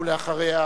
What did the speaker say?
אחריה,